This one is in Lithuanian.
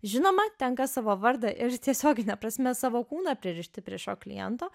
žinoma tenka savo vardą ir tiesiogine prasme savo kūną pririšti prie šio kliento